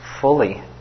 fully